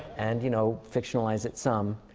and you know, fictionalize it some.